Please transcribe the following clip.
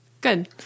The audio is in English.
good